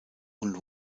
und